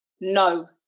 No